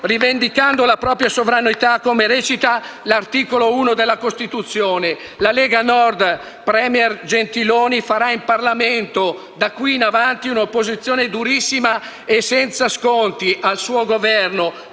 rivendicando la propria sovranità, come recita l'articolo 1 della Costituzione. La Lega Nord, *premier* Gentiloni Silveri, farà in Parlamento, da qui in avanti, un'opposizione durissima e senza sconti al suo Governo